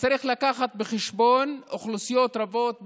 שצריך להביא בחשבון אוכלוסיות רבות במדינה,